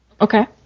Okay